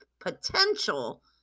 potential